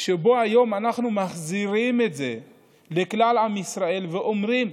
והיום אנחנו מחזירים את זה לכלל עם ישראל ואומרים: